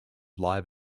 live